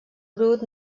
brut